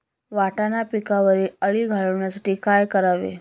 वाटाणा पिकावरील अळी घालवण्यासाठी काय करावे?